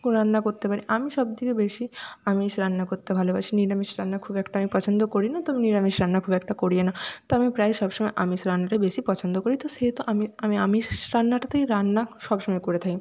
রান্না করতে পারি আমি সব থেকে বেশি আমিষ রান্না করতে ভালোবাসি নিরামিষ রান্না খুব একটা আমি পছন্দ করি না তবে নিরামিষ রান্না খুব একটা করিও না তবে আমি প্রায় সবসময় আমিষ রান্নাটাই বেশি পছন্দ করি তো সেহেতু আমি আমি আ আমিষ রান্নাটাতেই রান্না সবসময় করে থাকি